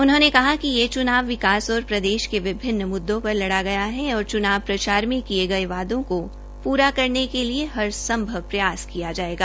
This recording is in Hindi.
उन्होंने कहा कि यह च्नाव विकास और प्रदेश के विभिन्न मुद्दों पर लड़ा गया है और च्नाव प्रचार में किए गये वादों को पूरा करने के लिए हर संभव प्रयास किया जायेगा